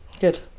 good